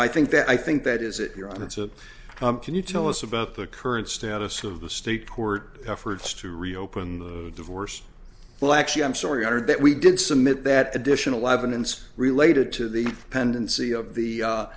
i think that i think that is it here on it's of can you tell us about the current status of the state court efforts to reopen the divorce well actually i'm sorry hundred that we did submit that additional evidence related to the pendency of the